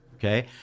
Okay